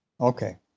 Okay